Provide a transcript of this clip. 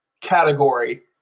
category